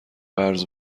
قرض